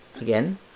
Again